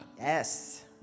Yes